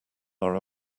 are